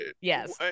Yes